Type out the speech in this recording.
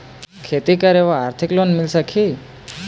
खेती करे बर आरथिक लोन मिल सकही?